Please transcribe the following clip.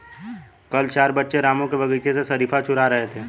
कल चार बच्चे रामू के बगीचे से शरीफा चूरा रहे थे